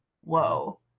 whoa